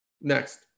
Next